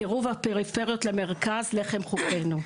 קירוב הפריפריות למרכז זה לחם חוקנו.